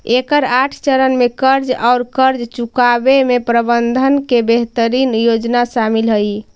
एकर आठ चरण में कर्ज औउर कर्ज चुकावे के प्रबंधन के बेहतरीन योजना शामिल हई